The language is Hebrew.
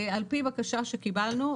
על פי בקשה שקיבלנו,